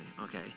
okay